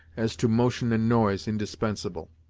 as to motion and noise, indispensable.